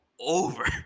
over